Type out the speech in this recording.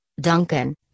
Duncan